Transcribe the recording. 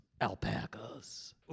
alpacas